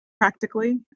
practically